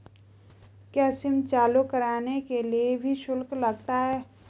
क्या सिम चालू कराने के लिए भी शुल्क लगता है?